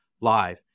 live